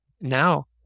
Now